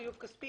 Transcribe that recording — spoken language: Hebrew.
חיוב כספי,